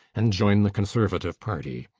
and join the conservative party.